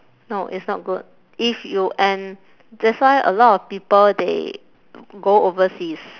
no it's not good if you and that's why a lot of people they go overseas